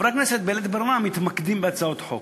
חברי הכנסת, בלית ברירה, מתמקדים בהצעות חוק.